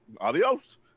adios